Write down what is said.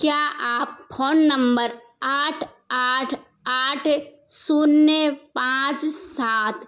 क्या आप phone number आठ आठ आठ शून्य पाँच सात